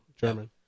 German